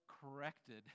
corrected